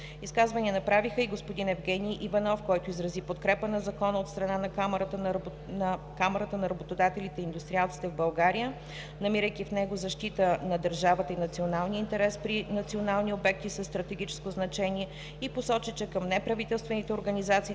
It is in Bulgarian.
Изказвания направиха и господин Евгений Иванов, който изрази подкрепа на Закона от страна на Камарата на работодателите и индустриалците в България, намирайки в него защита на държавата и националния интерес при национални обекти със стратегическо значение и посочи, че към неправителствените организации